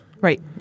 Right